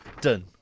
Done